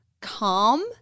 calm